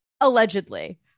Allegedly